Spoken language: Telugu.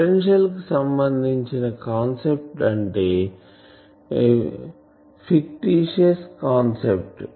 పొటెన్షియల్ కి సంబందించిన కాన్సెప్ట్ అంటే ఫిక్టీషియస్ కాన్సెప్ట్